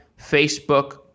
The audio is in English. Facebook